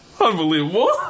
Unbelievable